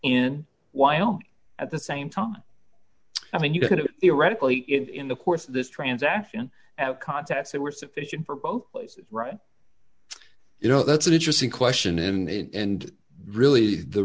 in wyoming at the same time i mean you could theoretically if in the course of this transaction at contests there were sufficient for both places right you know that's an interesting question and really the